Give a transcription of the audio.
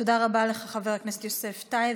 תודה רבה לך, חבר הכנסת יוסף טייב.